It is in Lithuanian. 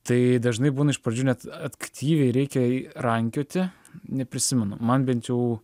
tai dažnai būna iš pradžių net aktyviai reikia rankioti neprisimenu man bent jau